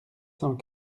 cent